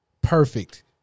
perfect